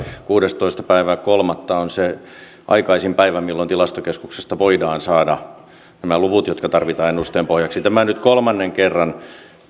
kuudestoista kolmatta on se aikaisin päivä milloin tilastokeskuksesta voidaan saada nämä luvut jotka tarvitaan ennusteen pohjaksi tämä nyt kolmannen kerran